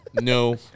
No